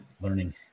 learning